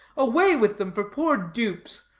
away with them for poor dupes,